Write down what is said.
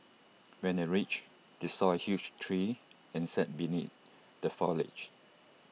when they reached they saw A huge tree and sat beneath the foliage